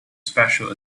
special